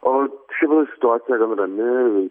o šiuo metu situacija gan rami